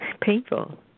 Painful